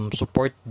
support